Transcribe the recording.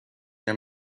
near